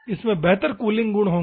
इसमें बेहतर कूलिंग गुण होंगे